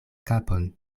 kapon